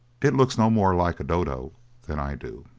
it looks no more like a dodo than i do.